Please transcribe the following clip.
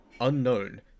unknown